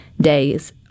days